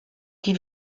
die